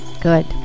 good